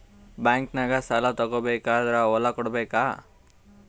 ಬ್ಯಾಂಕ್ನಾಗ ಸಾಲ ತಗೋ ಬೇಕಾದ್ರ್ ಹೊಲ ಕೊಡಬೇಕಾ?